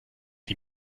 die